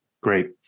Great